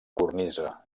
cornisa